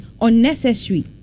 unnecessary